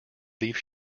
leaf